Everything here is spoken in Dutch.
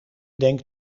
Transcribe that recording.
denk